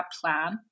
plan